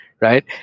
right